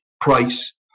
price